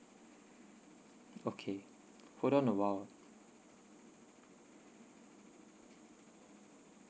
okay hold on a while